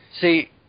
See